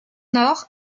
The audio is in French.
nord